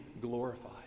glorified